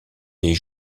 les